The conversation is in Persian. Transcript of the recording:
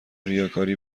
ریاکاری